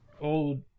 old